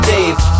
Dave